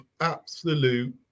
absolute